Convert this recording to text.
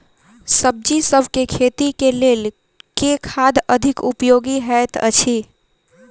सब्जीसभ केँ खेती केँ लेल केँ खाद अधिक उपयोगी हएत अछि?